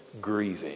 grieving